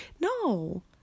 No